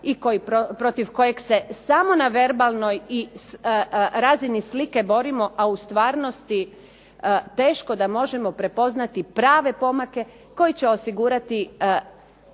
protiv kojeg se samo na verbalnoj i razini slike borimo, a u stvarnosti teško da možemo prepoznati prave pomake koji će osigurati